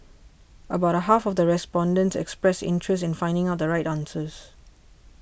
about half of the respondents expressed interest in finding out the right answers